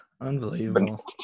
Unbelievable